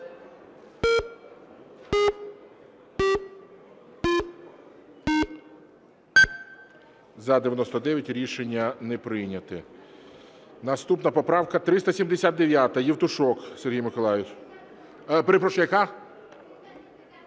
За-99 Рішення не прийнято. Наступна поправка 379, Євтушок Сергій Миколайович.